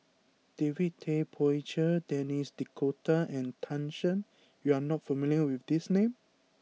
David Tay Poey Cher Denis D'Cotta and Tan Shen you are not familiar with these names